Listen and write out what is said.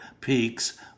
peaks